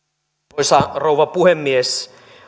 arvoisa rouva puhemies